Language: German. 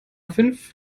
fünf